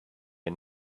and